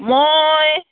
মই